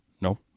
No